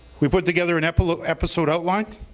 we put together an episode episode outline.